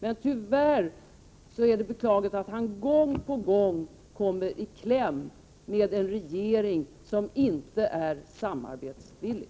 Men tyvärr, och det är beklagligt, kommer han gång på gång i kläm med en regering som inte är samarbetsvillig.